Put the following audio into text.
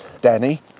Danny